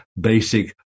basic